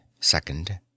Second